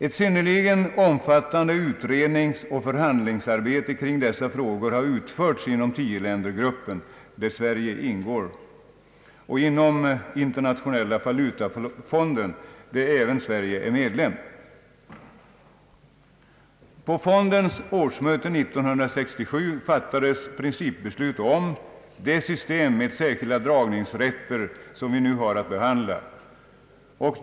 Ett synnerligen omfattande utredningsoch förhandlingsarbete kring dessa frågor har utförts inom tioländergruppen, där Sverige ingår, och inom Internationella valutafonden, där Sverige också är medlem. På fondens årsmöte 1967 fattades principbeslut om det system med särskilda dragningsrätter som vi nu har att behandla.